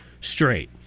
straight